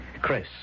Chris